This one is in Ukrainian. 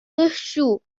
дощу